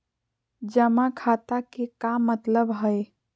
जमा खाता के का मतलब हई?